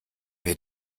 wir